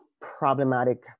problematic